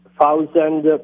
thousand